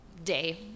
Day